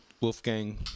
Wolfgang